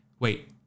Wait